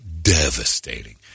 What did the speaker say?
devastating